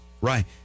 right